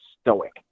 stoic